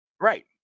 Right